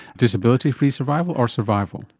disability-free survival or survival?